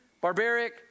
barbaric